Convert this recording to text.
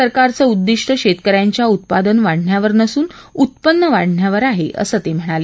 सरकारचं उद्दीष्ट शेतक यांच्या उत्पादन वाढवण्यावर नसून उत्पन्न वाढवण्यावर आहे असं ही ते म्हणाले